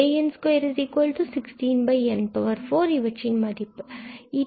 an216n4 இவற்றின் மதிப்பு ஆகும்